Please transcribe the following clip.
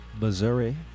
Missouri